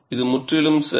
இது முற்றிலும் சரி